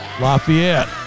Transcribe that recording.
Lafayette